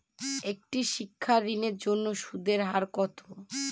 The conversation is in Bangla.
একটি শিক্ষা ঋণের জন্য সুদের হার কত?